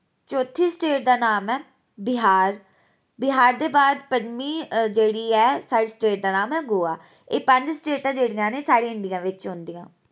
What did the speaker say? चौथी स्टेट दा नांऽ ऐ बिहार बिहार दे बाद पंजमी जेह्ड़ी ऐ साढ़ी स्टेट दा नांऽ ऐ गोआ एह् पंज स्टेटां जेह्ड़ियां न साढे इंडिया बिच औंदियां